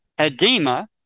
Edema